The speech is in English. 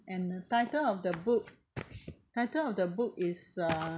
and title of the book title of the book is uh